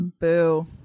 boo